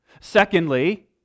Secondly